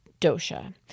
dosha